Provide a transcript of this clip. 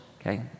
okay